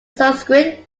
sanskrit